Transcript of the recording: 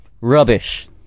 Rubbish